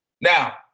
Now